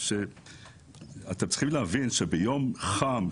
אתם צריכים להבין שביום חם,